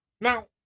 now